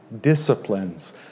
disciplines